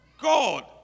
God